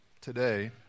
today